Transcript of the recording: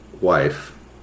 wife